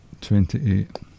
twenty-eight